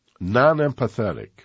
non-empathetic